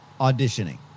auditioning